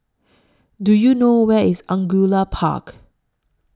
Do YOU know Where IS Angullia Park